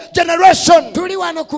generation